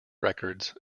records